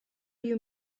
you